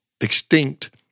extinct